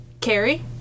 Carrie